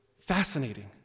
fascinating